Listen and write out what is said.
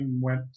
went